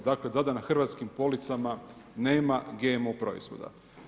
Dakle, da na hrvatskim policama nema GMO proizvoda.